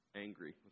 angry